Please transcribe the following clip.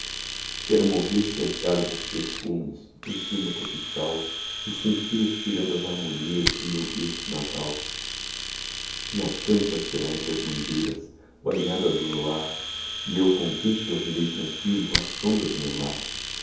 quero morrer cercado dos perfumes dum clima tropical e sentir expirando as harmonias do meu berço natal minha campa será entre as mangueiras banhada do luar e eu contente dormirei tranqüilo à sombra do meu lar